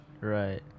Right